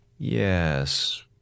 Yes